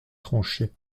tranché